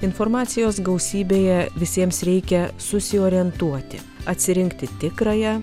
informacijos gausybėje visiems reikia susiorientuoti atsirinkti tikrąją